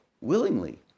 willingly